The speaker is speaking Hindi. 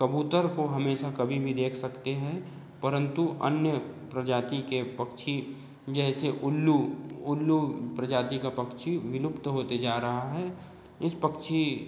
कबूतर को हमेशा कभी भी देख सकते हैं परन्तु अन्य प्रजाति के पक्षी जैसे उल्लू उल्लू प्रजाति का पक्षी विलुप्त होते जा रहा है इस पक्षी